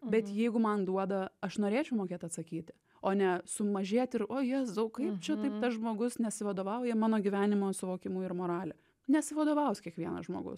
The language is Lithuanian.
bet jeigu man duoda aš norėčiau mokėt atsakyti o ne sumažėti ir o jėzau kaip čia taip tas žmogus nesivadovauja mano gyvenimo suvokimu ir morale nesivadovaus kiekvienas žmogus